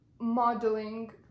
modeling